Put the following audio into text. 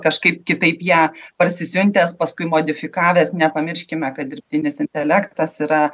kažkaip kitaip ją parsisiuntęs paskui modifikavęs nepamirškime kad dirbtinis intelektas yra